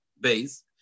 base